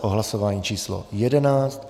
Hlasování číslo 11.